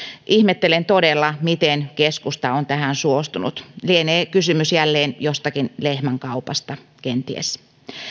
ihmettelen todella miten keskusta on tähän suostunut lienee kysymys jälleen jostakin lehmänkaupasta kenties